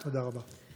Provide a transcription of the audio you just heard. תודה רבה.